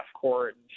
court